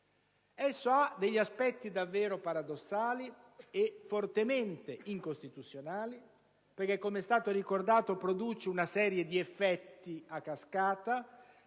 ha degli aspetti davvero paradossali e fortemente incostituzionali, perché, come è stato ricordato, produce una serie di effetti a cascata